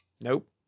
Nope